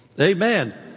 amen